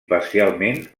parcialment